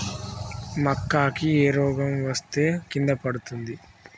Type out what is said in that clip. మక్కా కి ఏ రోగం వస్తే కింద పడుతుంది?